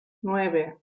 nueve